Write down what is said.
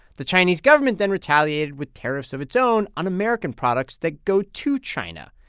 the chinese government then retaliated with tariffs of its own on american products that go to china.